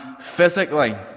physically